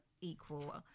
equal